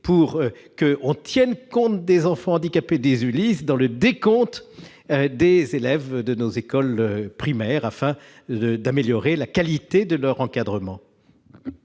sorte de tenir compte des enfants handicapés des ULIS dans le décompte des élèves de nos écoles primaires afin d'améliorer la qualité de leur encadrement.